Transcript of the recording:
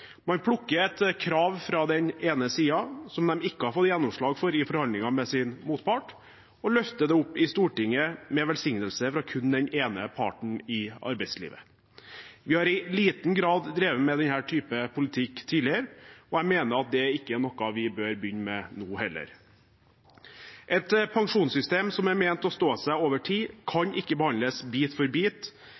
Man plukker et krav fra den ene siden, som de ikke har fått gjennomslag for i forhandlinger med sin motpart, og løfter det opp i Stortinget med velsignelse fra kun den ene parten i arbeidslivet. Vi har i liten grad drevet med denne typen politikk tidligere, og jeg mener at det ikke er noe vi bør begynne med nå heller. Et pensjonssystem som er ment å stå seg over tid, kan ikke behandles bit for bit